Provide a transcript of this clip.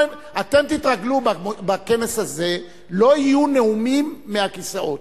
אתם תתרגלו בכנס הזה, לא יהיו נאומים מהכיסאות.